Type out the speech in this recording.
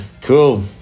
cool